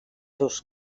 seus